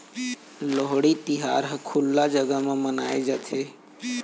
लोहड़ी तिहार ह खुल्ला जघा म मनाए जाथे